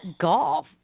golf